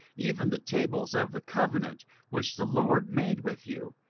even the tables of the covenant which the lord made with you,